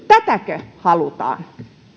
tätäkö halutaan